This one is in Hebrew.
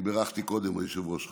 אני בירכתי קודם, היושב-ראש ראה.